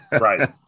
Right